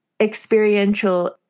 experiential